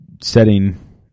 setting